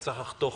וצריך לחתוך